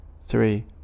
three